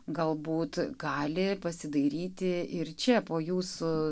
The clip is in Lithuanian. galbūt gali pasidairyti ir čia po jūsų